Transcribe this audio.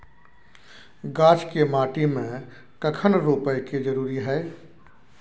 गाछ के माटी में कखन रोपय के जरुरी हय?